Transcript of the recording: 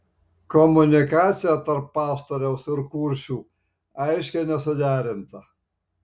komunikacija tarp pastoriaus ir kuršių aiškiai nesuderinta